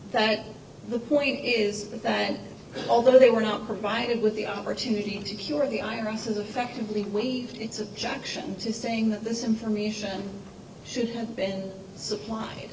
that the point is that although they were not provided with the opportunity to cure the iris is effectively waived its objection to saying that this information should have been supplied